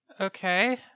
okay